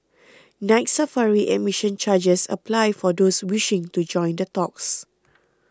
Night Safari admission charges apply for those wishing to join the talks